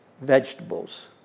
vegetables